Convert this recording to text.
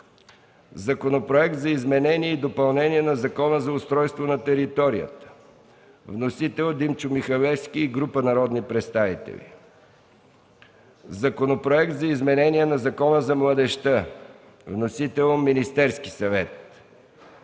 Законопроект за изменение и допълнение на Закона за устройство на територията. Вносители са Димчо Михалевски и група народни представители. 3. Законопроект за изменение на Закона за младежта. Вносител е Министерският съвет.